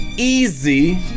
easy